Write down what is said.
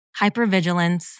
hypervigilance